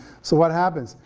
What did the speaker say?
so, what happens,